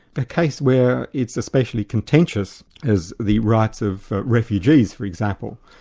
a case where it's especially contentions is the rights of refugees for example.